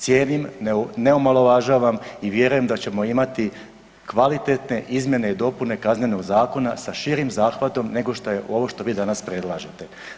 Cijenim, ne omalovažavam i vjerujem da ćemo imati kvalitetne izmjene i dopune Kaznenog zakona sa širim zahvatom nego što je ovo što vi danas predlažete.